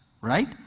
right